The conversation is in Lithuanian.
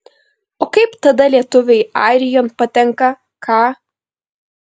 o kaip tada lietuviai airijon patenka ką